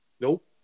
Nope